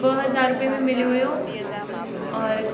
ॿ हज़ार रुपए में मिलियो हुओ औरि